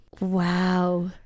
Wow